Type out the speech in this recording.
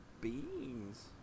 beans